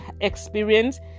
experience